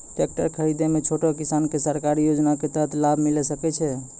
Tractor खरीदै मे छोटो किसान के सरकारी योजना के तहत लाभ मिलै सकै छै?